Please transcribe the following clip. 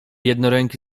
jednoręki